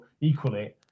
equally